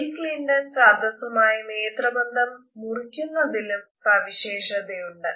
bill Clinton സദസുമായ് നേത്രബന്ധം മുറിക്കുന്നതിലും സവിശേഷതയുണ്ട്